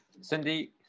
cindy